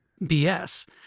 BS